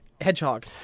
Hedgehog